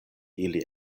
ili